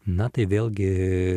na tai vėlgi